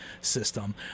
system